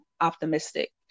optimistic